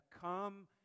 come